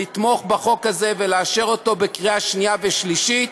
לתמוך בחוק הזה ולאשר אותו בקריאה שנייה ושלישית,